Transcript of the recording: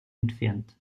entfernt